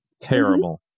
terrible